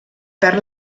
perd